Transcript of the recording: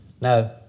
No